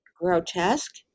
grotesque